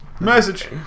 Message